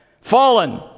Fallen